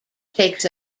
takes